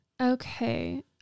Okay